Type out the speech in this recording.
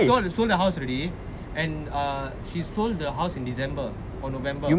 so she sold the house already and err she sold the house in december or november